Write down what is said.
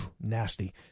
nasty